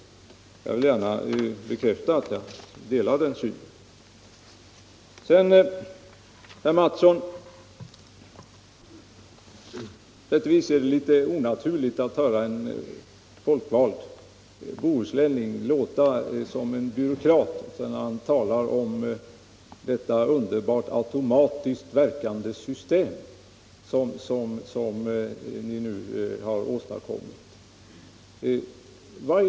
Jag vill gärna bekräfta att jag delar den synen. Det är litet onaturligt, herr Mattsson i Lane-Herrestad, att höra en folkvald bohuslänning låta som en byråkrat när han talar om detta underbart automatiskt verkande system som ni nu åstadkommit.